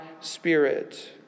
spirit